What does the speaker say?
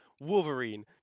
Wolverine